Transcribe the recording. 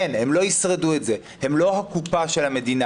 אין, הם לא ישרדו את זה, הם לא הקופה של המדינה.